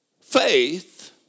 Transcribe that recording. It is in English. faith